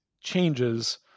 changes